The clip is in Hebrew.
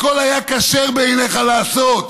הכול היה כשר בעיניך לעשות.